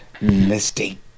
mistake